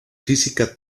física